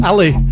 Ali